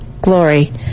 glory